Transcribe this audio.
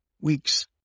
weeks